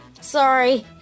Sorry